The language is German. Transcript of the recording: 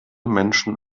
menschen